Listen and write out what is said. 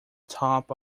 top